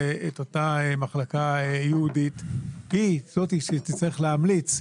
אותה מחלקה ייעודית היא זו שתצטרך להמליץ.